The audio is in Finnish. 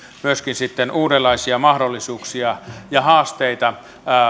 myöskin sitten uudenlaisia mahdollisuuksia ja haasteita